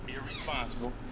irresponsible